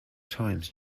times